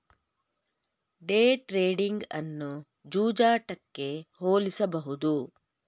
day trading ಅನ್ನು ಜೂಜಾಟಕ್ಕೆ ಹೋಲಿಸಬಹುದು